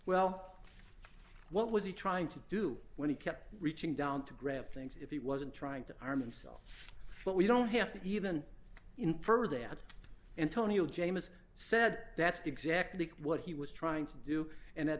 well what was he trying to do when he kept reaching down to grab things if he wasn't trying to arm himself but we don't have to even infer that antonio james said that's exactly what he was trying to do and at